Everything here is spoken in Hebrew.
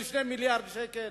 של 2 מיליארדי שקלים,